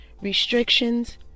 restrictions